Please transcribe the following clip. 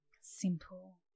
Simple